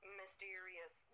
mysterious